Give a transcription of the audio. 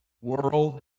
world